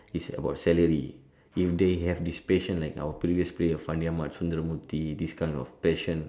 it's about salary if they have this passion like our previous player Fandi-Ahmad Sundramoorthy this kind of passion